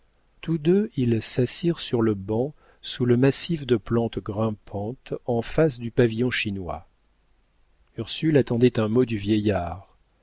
tous deux ils s'assirent sur le banc sous le massif de plantes grimpantes en face du pavillon chinois ursule attendait un mot du vieillard